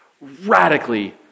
radically